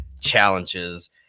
challenges